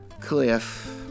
Cliff